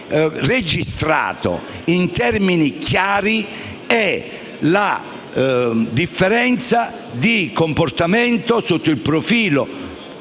registrato in termini chiari è la differenza di comportamento sotto il profilo culturale